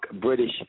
British